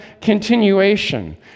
continuation